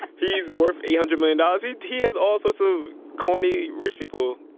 he's worth eight hundred million dollars. he he has all sorts of corny, rich people.